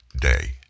day